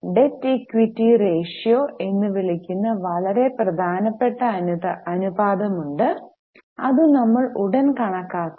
debt equity ratio എന്ന് വിളിക്കുന്ന വളരെ പ്രധാനപ്പെട്ട അനുപാതമുണ്ട് അത് നമ്മൾ ഉടൻ കണക്കാക്കും